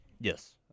Yes